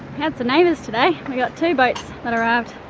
and some neighbours today, we got two boats that are out.